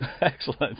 Excellent